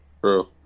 True